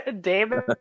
David